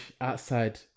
outside